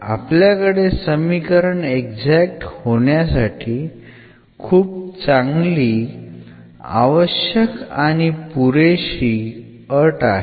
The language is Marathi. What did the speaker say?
तर आपल्याकडे समीकरण एक्झॅक्ट होण्यासाठी खूप चांगली आवश्यक आणि पुरेशी अट आहे